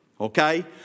Okay